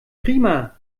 prima